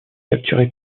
capturé